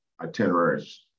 Itineraries